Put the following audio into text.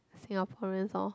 Singaporeans orh